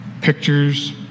Pictures